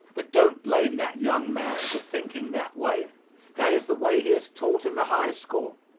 but don't blame that young man for thinking that way that is the way he is taught in the high school.